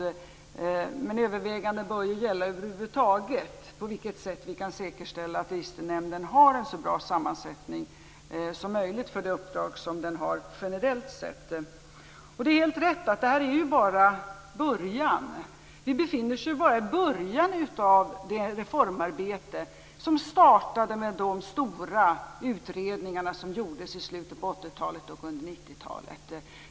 Men detta övervägande bör gälla över huvud taget på vilket sätt vi kan säkerställa att Registernämnden har en så bra sammansättning som möjligt för det uppdrag som den har generellt sett. Det är helt rätt att detta bara är början. Vi befinner oss bara i början av det reformarbete som startades i och med de utredningar som gjordes i slutet av 80 talet och under 90-talet.